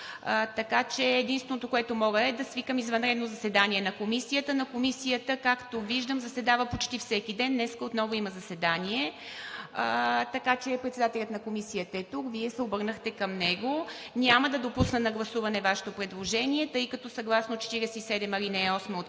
единственото, което мога, е да свикам извънредно заседание на Комисията. Както виждам, Комисията заседава почти всеки ден и днес отново има заседание. Председателят на Комисията е тук и Вие се обърнахте към него. Няма да допусна на гласуване Вашето предложение, тъй като съгласно чл. 47, ал. 8 от